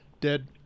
dead